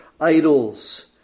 idols